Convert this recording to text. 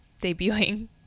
debuting